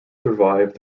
survived